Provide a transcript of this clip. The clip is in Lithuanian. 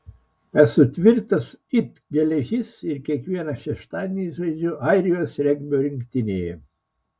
esu tvirtas it geležis ir kiekvieną šeštadienį žaidžiu airijos regbio rinktinėje